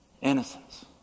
innocence